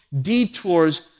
detours